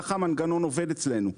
כך המנגנון עובד אצלנו.